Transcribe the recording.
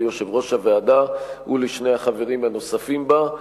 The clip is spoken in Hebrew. ליושב-ראש הוועדה ולשני החברים הנוספים בה,